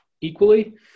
equally